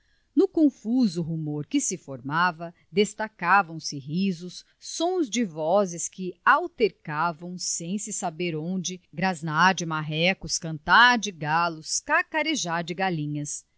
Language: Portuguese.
no confuso rumor que se formava destacavam se risos sons de vozes que altercavam sem se saber onde grasnar de marrecos cantar de galos cacarejar de galinhas